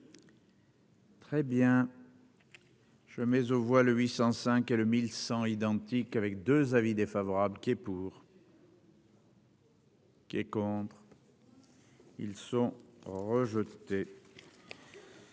Très bien. Je mais on voit le 805 et le 1100 identique avec 2 avis défavorable qui est pour. Qui est contre, ils sont rejetés.